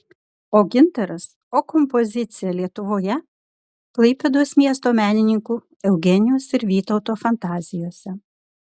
o gintaras o kompozicija lietuvoje klaipėdos miesto menininkų eugenijos ir vytauto fantazijose